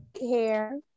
hair